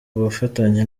bufatanye